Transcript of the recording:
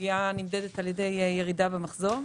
הפגיעה נמדדת על ידי ירידה במחזור.